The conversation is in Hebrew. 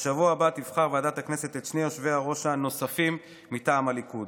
בשבוע הבא תבחר ועדת הכנסת את שני יושבי-הראש הנוספים מטעם הליכוד.